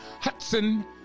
Hudson